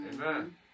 Amen